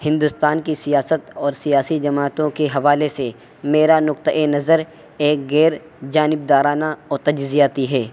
ہندوستان کی سیاست اور سیاسی جماعتوں کے حوالے سے میرا نقطۂ نظر ایک غیر جانبدارانہ اور تجزیاتی ہے